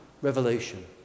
revelation